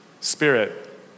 spirit